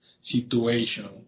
situation